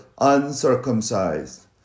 uncircumcised